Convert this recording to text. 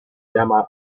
llama